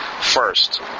first